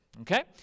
okay